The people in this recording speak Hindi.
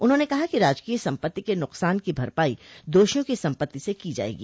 उन्होंने कहा कि राजकीय सम्पत्ति के नकसान की भरपाई दोषियों की सम्पत्ति से की जायेगी